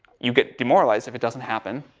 you get demoralized if it doesn't happen.